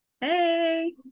Hey